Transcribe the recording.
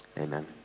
Amen